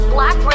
Black